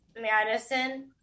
Madison